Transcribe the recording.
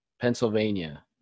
Pennsylvania